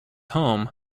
home